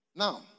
Now